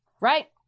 right